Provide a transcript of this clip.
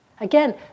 Again